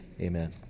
Amen